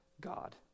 God